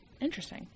Interesting